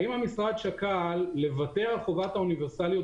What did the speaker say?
האם המשרד שקל לוותר על חובת האוניברסליות